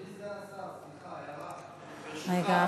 אדוני סגן השר, הערה, ברשותך.